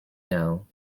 know